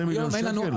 להם 20 מיליון שקל?